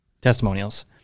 Testimonials